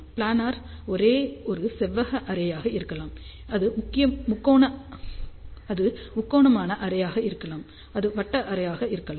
planar array ஒரு செவ்வக அரேயாக இருக்கலாம் அது முக்கோணமான அரேயாக இருக்கலாம் இது வட்ட அரேயாக இருக்கலாம்